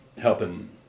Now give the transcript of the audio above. helping